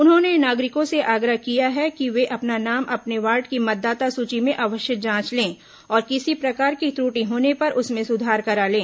उन्होंने नागरिकों से आग्रह किया कि वे अपना नाम अपने वार्ड की मतदाता सूची में अवश्य जांच लें और किसी प्रकार की त्रुटि होने पर उसमें सुधार करा लें